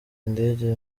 ndege